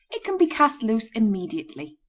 it can be cast loose immediately.